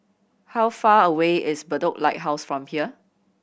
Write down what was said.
how far away is Bedok Lighthouse from here